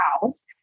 house